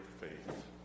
faith